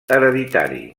hereditari